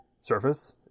surface